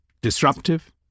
disruptive